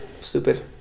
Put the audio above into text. Stupid